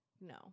no